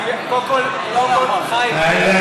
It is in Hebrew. חיים, קודם כול, נו, עמיר.